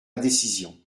décision